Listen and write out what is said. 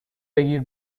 بگیر